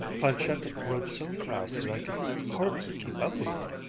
planchette wrote so fast that i could hardly keep up with it.